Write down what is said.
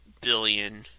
billion